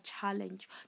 challenge